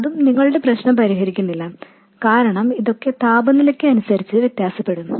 അതും നിങ്ങളുടെ പ്രശ്നം പരിഹരിക്കുന്നില്ല കാരണം ഇതൊക്കെ താപനിലയ്ക് അനുസരിച്ച് വ്യത്യാസപ്പെടും